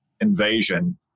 invasion